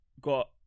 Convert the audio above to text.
got